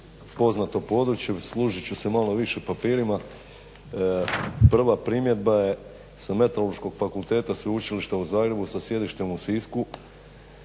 poznato područje, služit ću se malo više papirima. Prva primjedba je s Meteorološkog fakulteta Sveučilišta u Zagrebu sa sjedištem u Sisku,